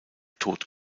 tot